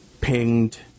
pinged